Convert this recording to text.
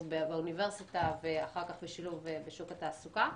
באוניברסיטה ואחר כך בשילוב בשוק התעסוקה.